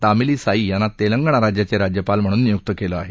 तामिलीसाई यांना तेलंगणा राज्याचे राज्यपाल म्हणून नियुक्त केलं आहे